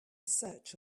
search